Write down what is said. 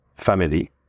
Family